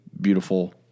beautiful